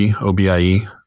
obie